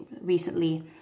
recently